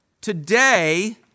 today